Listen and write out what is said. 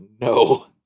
No